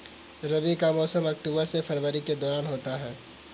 रबी का मौसम अक्टूबर से फरवरी के दौरान होता है